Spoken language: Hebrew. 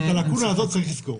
את הלקונה הזאת צריך לסגור.